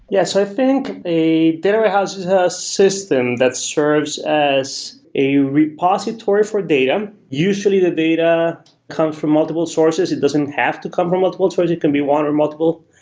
yes. i think a data warehouse is a system that serves as a repository for data. usually the data comes from multiple sources. it doesn't have to come from multiple sources. it can be one or multiple.